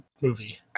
movie